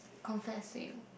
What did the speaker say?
confess to you